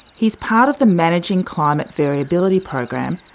he is part of the managing climate variability program,